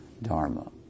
dharma